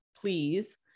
please